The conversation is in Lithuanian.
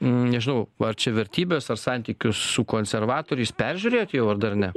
nežinau ar čia vertybes ar santykius su konservatoriais peržiūrėjot jau ar dar ne